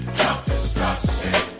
self-destruction